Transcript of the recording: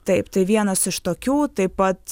taip tai vienas iš tokių taip pat